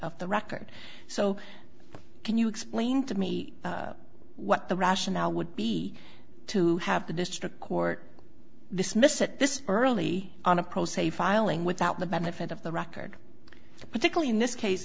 of the record so can you explain to me what the rationale would be to have the district court dismiss at this early on a pro se filing without the benefit of the record particularly in this case